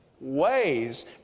ways